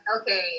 okay